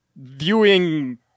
viewing